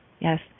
Yes